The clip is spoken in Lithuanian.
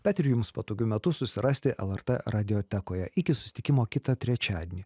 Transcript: bet ir jums patogiu metu susirasti lrt radiotekoje iki susitikimo kitą trečiadienį